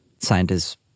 Scientists